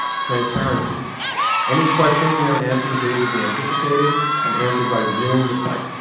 transparency any questions and their answers needed to be anticipated and answered by viewing the site.